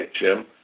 Jim